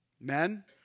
Men